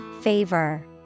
Favor